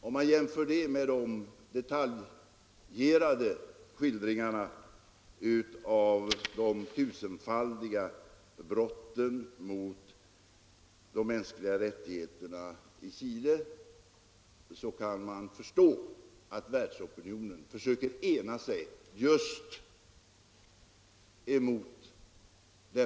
Om vi jämför detta med de detaljerade skildringarna av tu — 18 november 1975 senfaldiga brott mot de mänskliga rättigheterna i Chile är det lätt at: —L —— förstå att världsopinionen försöker ena sig emot just regimen i Chile.